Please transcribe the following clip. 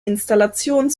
installation